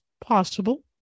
possible